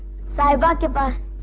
sahiba. but